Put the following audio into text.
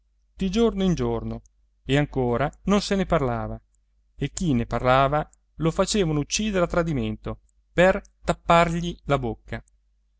di giorno in giorno e ancora non se ne parlava e chi ne parlava lo facevano uccidere a tradimento per tappargli la bocca